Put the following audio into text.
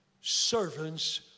Servants